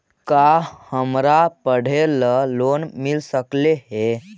का हमरा पढ़े ल लोन मिल सकले हे?